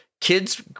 kids